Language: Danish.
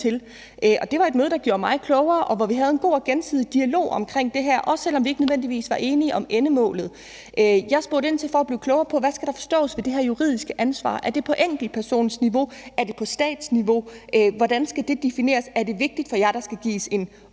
til. Det var et møde, der gjorde mig klogere, og hvor vi havde en god og gensidig dialog om det her, også selv om vi ikke nødvendigvis var enige om endemålet. Jeg spurgte ind for at blive klogere på, hvad der skal forstås ved det her juridiske ansvar. Er det på enkeltpersonsniveau? Er det på statsniveau? Hvordan skal det defineres? Er det vigtigt for dem, at der skal gives en